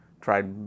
tried